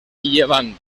llevant